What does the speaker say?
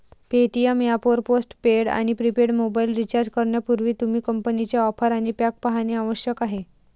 Paytm app वर post paid आणि prepaid mobile recharge करण्यापूर्वी, तुम्ही कंपनीच्या ऑफर आणि पॅक पाहणे आवश्यक आहे